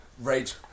rage